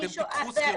אתם תיקחו שכירות?